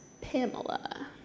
Pamela